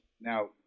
Now